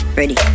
ready